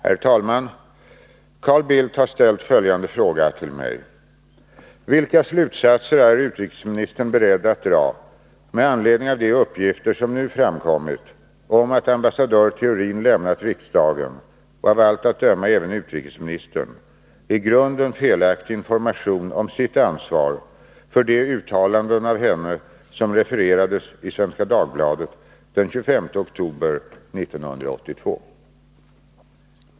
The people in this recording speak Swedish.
Herr talman! Carl Bildt har ställt följande fråga till mig: Vilka slutsatser är utrikesministern beredd att dra med anledning av de uppgifter som nu framkommit om att ambassadör Theorin lämnat riksdagen — och av allt att döma även utrikesministern — i grunden felaktig information om sitt ansvar för de uttalanden av henne som refererades i Svenska Dagbladet den 25 oktober 1982?